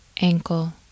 ankle